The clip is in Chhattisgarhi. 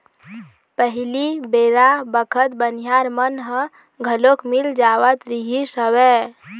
पहिली बेरा बखत बनिहार मन ह घलोक मिल जावत रिहिस हवय